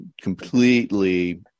completely